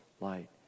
light